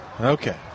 Okay